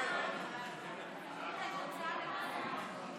להעביר את הצעת חוק לתיקון פקודת הרופאים (עבירות משמעת),